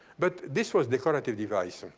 but this was decorative device.